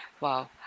Wow